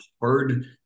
hard